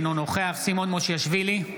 אינו נוכח סימון מושיאשוילי,